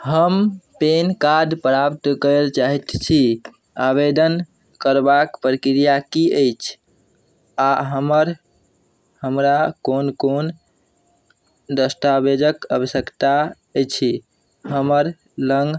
हम PAN card प्राप्त करैलए चाहै छी आवेदन करबाके प्रक्रिया कि अछि आओर हमर हमरा कोन कोन दस्तावेजके आवश्यकता अछि हमरलग